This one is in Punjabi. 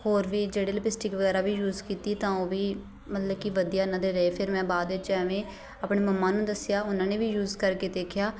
ਹੋਰ ਵੀ ਜਿਹੜੇ ਲਿਪਸਟਿਕ ਵਗੈਰਾ ਵੀ ਯੂਸ ਕੀਤੀ ਤਾਂ ਉਹ ਵੀ ਮਤਲਬ ਕਿ ਵਧੀਆ ਉਹਨਾਂ ਦੇ ਰਹੇ ਫਿਰ ਮੈਂ ਬਾਅਦ ਵਿੱਚ ਐਵੇਂ ਆਪਣੇ ਮੰਮਾ ਨੂੰ ਦੱਸਿਆ ਉਹਨਾਂ ਨੇ ਵੀ ਯੂਸ ਕਰਕੇ ਦੇਖਿਆ